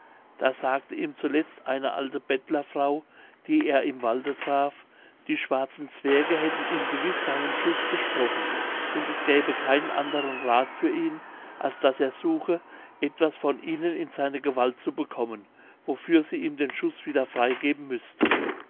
da sagte ihm zuletzt eine alte bettlerfrau die er im walde traf die schwarzen zwerge hätten ihm gewiß seinen schuß besprochen und es gäbe keinen anderen rath für ihn als daß er suche etwas von ihnen in seine gewalt zu bekommen wofür sie ihm den schuß wieder freigeben müßten